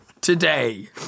today